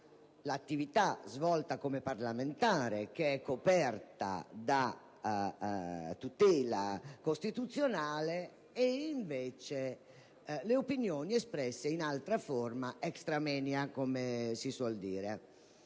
l'attività svolta come parlamentare, che è coperta da tutela costituzionale, e le opinioni espresse in altra forma, per così dire